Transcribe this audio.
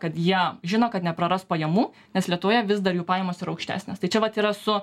kad jie žino kad nepraras pajamų nes lietuvoje vis dar jų pajamos yra aukštesnės tai čia vat yra su